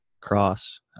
cross